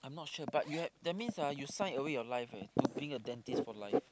I'm not sure but you have that means ah you sign away your life eh to being a dentist for life